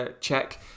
check